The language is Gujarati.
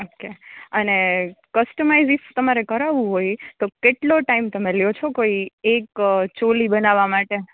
ઓકે અને કસ્ટમાઇજીસ તમારે કરાવું હોય તો કેટલો ટાઈમ તમે લ્યો છો કોઈ એક ચોલી બનાવા માટે